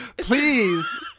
please